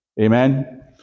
amen